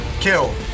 Kill